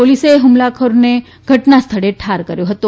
પોલીસે હ્મલાખોરોને ઘટનાસ્થળે ઠાર કર્યા હતા